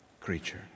creature